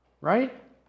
Right